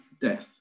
death